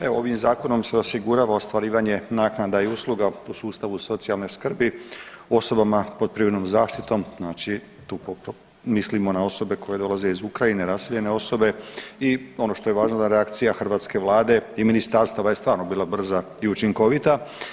Evo ovim zakonom se osigurava ostvarivanje naknada i usluga u sustavu socijalne skrbi osobama pod privremenom zaštitom, znači tu mislimo na osobe koje dolaze iz Ukrajine raseljene osobe i ono što je važno da je reakcija hrvatske Vlade i ministarstava je stvarno bila brza i učinkovita.